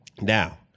Now